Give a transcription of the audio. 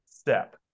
step